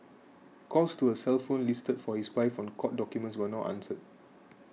calls to a cell phone listed for his wife on court documents were not answered